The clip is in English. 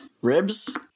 Ribs